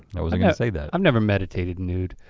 i wasn't gonna say that. i've never meditated nude.